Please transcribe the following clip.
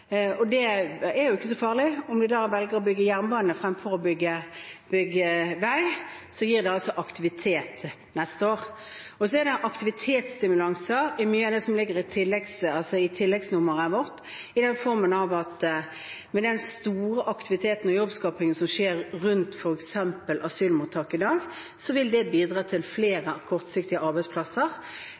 og det er jo ikke så farlig om vi velger å bygge jernbane fremfor å bygge vei – det gir likevel aktivitet neste år. Så er det aktivitetsstimulanser i mye av det som ligger i tilleggsnummeret, i form av den store aktiviteten og jobbskapingen som skjer rundt f.eks. asylmottak i dag, som vil bidra til flere kortsiktige arbeidsplasser